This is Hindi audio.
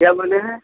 क्या बोल रहे हैं